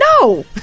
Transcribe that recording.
No